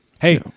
Hey